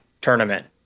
tournament